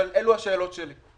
אבל אלו השאלות שלי,